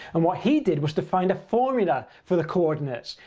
and what he did was to find a formula for the coordinates.